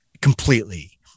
completely